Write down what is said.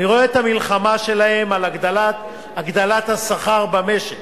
אני רואה את המלחמה שלהם על הגדלת השכר במשק,